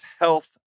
Health